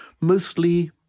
mostly